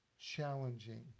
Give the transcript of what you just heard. challenging